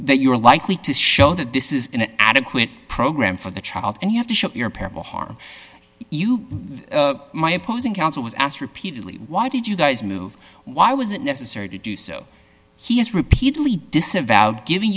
that you're likely to show that this is an adequate program for the child and you have to show your parable harm you my opposing counsel was asked repeatedly why did you guys move why was it necessary to do so he has repeatedly disavowed giving